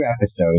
episodes